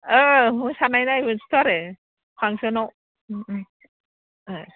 मोसानाय नायबोनसैथ' आरो फांसनाव